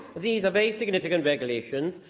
these are very significant regulations.